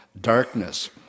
darkness